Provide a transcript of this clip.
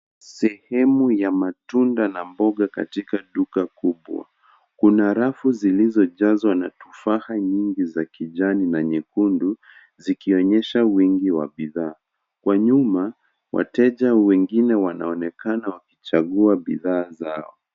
Sehemu ya matunda na mboga katika duka kubwa. Kuna rafu zilizojazwa na tufaha nyingi za kijani na nyekundu zikionyesha wingi wa bidhaa. Kwa nyuma wateja wengine wanaonekana wakichagua bidhaa zao.